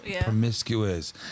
promiscuous